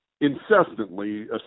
incessantly